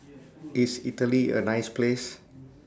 IS Italy A nice Place